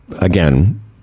again